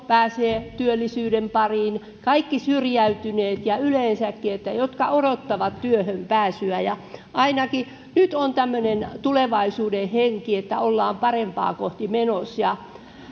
pääsee työllisyyden pariin kaikki syrjäytyneet ja yleensäkin ne jotka odottavat työhön pääsyä ainakin nyt on tämmöinen tulevaisuuden henki että ollaan parempaa kohti menossa ja